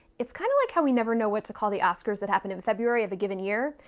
it's kinda like how we never know what to call the oscars that happen in february of a given year,